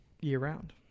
year-round